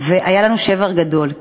והרגשנו שבר גדול,